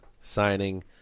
signing